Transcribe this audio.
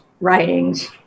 writings